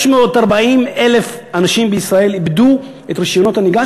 540,000 אנשים בישראל איבדו את רישיונות הנהיגה